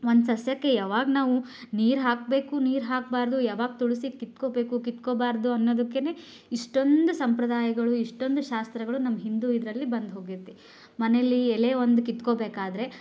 ಒಂದು ಸಸ್ಯಕ್ಕೆ ಯಾವಾಗ ನಾವು ನೀರು ಹಾಕಬೇಕು ನೀರು ಹಾಕಬಾರ್ದು ಯಾವಾಗ ತುಲಸಿ ಕಿತ್ಕೊಳ್ಬೇಕು ಕಿತ್ಕೊಳ್ಬಾರ್ದು ಅನ್ನೋದಕ್ಕೇನೆ ಇಷ್ಟೊಂದು ಸಂಪ್ರದಾಯಗಳು ಇಷ್ಟೊಂದು ಶಾಸ್ತ್ರಗಳು ನಮ್ಮ ಹಿಂದೂ ಇದರಲ್ಲಿ ಬಂದು ಹೋಗೈತೆ ಮನೇಲಿ ಎಲೆ ಒಂದು ಕಿತ್ಕೊಳ್ಬೇಕಾದ್ರೆ